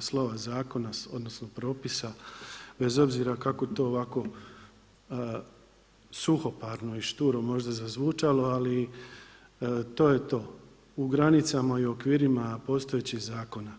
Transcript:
slova zakona, odnosno propisa bez obzira kako to ovako suhoparno i šturo možda zazvučalo ali to je to u granicama i okvirima postojećih zakona.